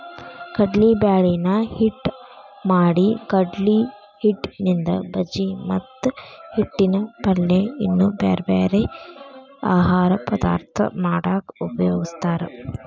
ಕಡ್ಲಿಬ್ಯಾಳಿನ ಹಿಟ್ಟ್ ಮಾಡಿಕಡ್ಲಿಹಿಟ್ಟಿನಿಂದ ಬಜಿ ಮತ್ತ ಹಿಟ್ಟಿನ ಪಲ್ಯ ಇನ್ನೂ ಬ್ಯಾರ್ಬ್ಯಾರೇ ಆಹಾರ ಪದಾರ್ಥ ಮಾಡಾಕ ಉಪಯೋಗಸ್ತಾರ